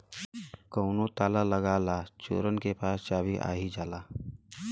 कउनो ताला लगा ला चोरन के पास चाभी आ ही जाला